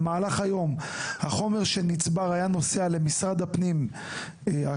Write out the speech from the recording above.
במהלך היום החומר שנצבר היה נוסע למשרד הפנים הקרוב,